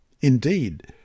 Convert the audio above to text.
Indeed